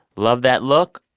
love that look?